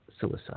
suicide